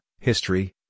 history